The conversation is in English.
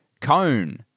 Cone